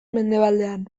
mendebaldean